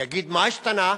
יגיד, מה השתנה?